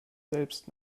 selbst